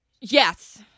Yes